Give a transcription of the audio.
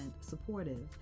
supportive